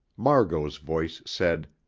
margot's voice said,